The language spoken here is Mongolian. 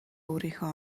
өөрийнхөө